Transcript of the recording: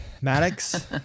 Maddox